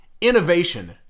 innovation